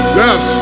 yes